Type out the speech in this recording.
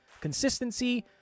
consistency